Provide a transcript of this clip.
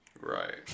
right